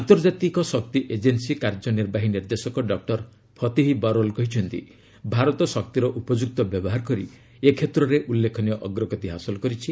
ଆନ୍ତର୍ଜାତିକ ଶକ୍ତି ଏଜେନ୍ସୀ କାର୍ଯ୍ୟନିର୍ବାହୀ ନିର୍ଦ୍ଦେଶକ ଡକ୍କର ଫତିହ୍ ବାରୋଲ୍ କହିଛନ୍ତି ଭାରତ ଶକ୍ତିର ଉପଯୁକ୍ତ ବ୍ୟବହାର କରି ଏ କ୍ଷେତ୍ରରେ ଉଲ୍ଲେଖନୀୟ ଅଗ୍ରଗତି ହାସଲ କରିଛି